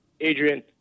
Adrian